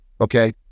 Okay